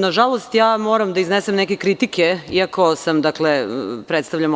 Nažalost, moram da iznesem neke kritike, iako predstavljam